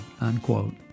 Unquote